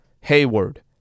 Hayward